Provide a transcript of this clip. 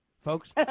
folks